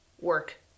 work